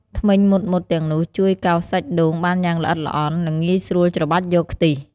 ធ្មេញមុតៗទាំងនោះជួយកោសសាច់ដូងបានយ៉ាងល្អិតល្អន់ និងងាយស្រួលច្របាច់យកខ្ទិះ។